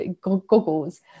goggles